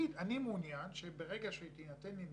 שהוא מעוניין שברגע שתינתן לו נכות,